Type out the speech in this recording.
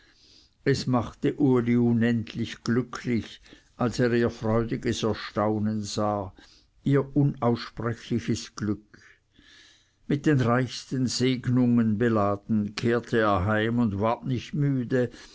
es machte uli unendlich glücklich als er ihr freudiges erstaunen sah ihr unaussprechlich glück mit den reichsten segnungen beladen kehrte er heim und ward nicht müde